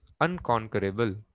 unconquerable